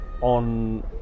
on